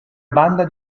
banda